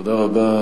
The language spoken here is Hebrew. תודה רבה.